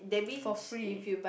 for free